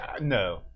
no